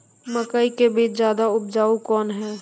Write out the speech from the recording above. मकई के बीज ज्यादा उपजाऊ कौन है?